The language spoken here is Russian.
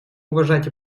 уважать